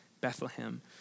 Bethlehem